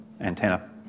antenna